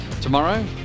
tomorrow